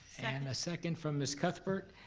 and a second from miss cuthbert.